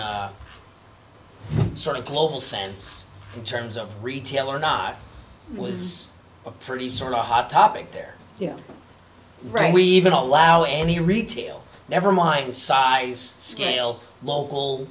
in sort of global sense in terms of retail or not was a pretty sort of hot topic there right we even allow any retail never mind size scale local